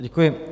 Děkuji.